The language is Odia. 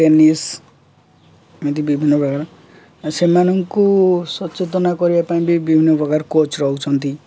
ଟେନିସ୍ ଏମିତି ବିଭିନ୍ନ ପ୍ରକାର ସେମାନଙ୍କୁ ସଚେତନା କରିବା ପାଇଁ ବି ବିଭିନ୍ନ ପ୍ରକାର କୋଚ୍ ରହୁଛନ୍ତି